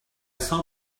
saw